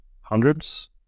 hundreds